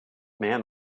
man